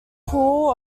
pool